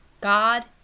God